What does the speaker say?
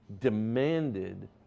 demanded